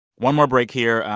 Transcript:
one more break here.